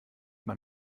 man